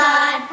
God